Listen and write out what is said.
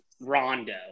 Rondo